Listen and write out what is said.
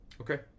Okay